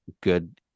good